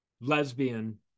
lesbian